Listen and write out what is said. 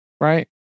right